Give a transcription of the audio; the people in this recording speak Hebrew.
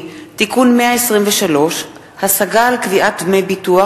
(תיקון מס' 123) (השגה על קביעת דמי ביטוח),